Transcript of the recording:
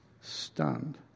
stunned